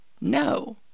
No